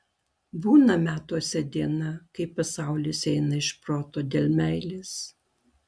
būna metuose diena kai pasaulis eina iš proto dėl meilės